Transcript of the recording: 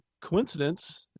coincidence